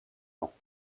lents